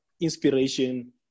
inspiration